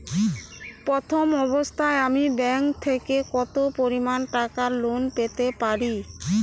প্রথম অবস্থায় আমি ব্যাংক থেকে কত পরিমান টাকা লোন পেতে পারি?